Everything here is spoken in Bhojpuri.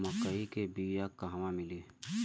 मक्कई के बिया क़हवा मिली?